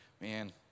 Man